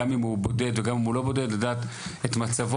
בין אם הוא בודד ובין אם לא ולמצוא את הדרך